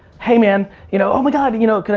hey, man, you know, oh my god, you know, can i